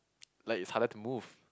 like it's harder to move